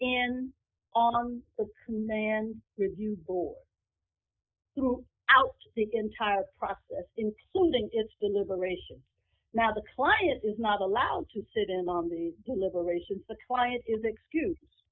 who then review board threw out the entire process including its deliberations now the client is not allowed to sit in on the deliberations the client is excuse